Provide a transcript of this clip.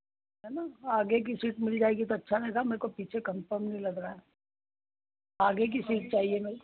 है ना आगे की सीट मिल जाएगी तो अच्छा रहेगा मेरे को पीछे कन्फर्म नहीं लग रहा है आगे की सीट चाहिए भाई